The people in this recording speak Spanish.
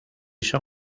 son